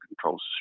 controls